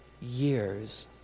years